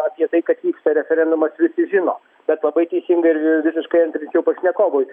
apie tai kad vyksta referendumas visi žino bet labai teisingai visiškai antrinčiau pašnekovui